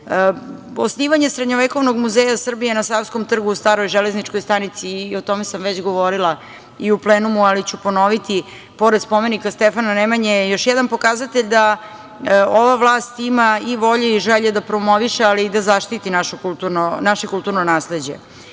baštinu. Osnivanje Srednjovekovnog muzeja Srbije na Savskom trgu, u stroj železničkoj stanici, o tome sam već govorila i u plenumu, ali ću ponoviti, pored spomenika Stefana Nemanje, još jedan je pokazatelj da ova vlast ima i volje i želje da promoviše, ali i da zaštiti naše kulturno nasleđe. Kulturni